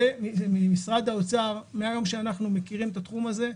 ומשרד האוצר, מיום שאנחנו מכירים את התחום הזה,